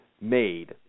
made